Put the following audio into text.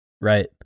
Right